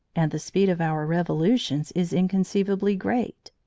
and the speed of our revolutions is inconceivably great.